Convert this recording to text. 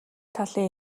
талын